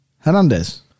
Hernandez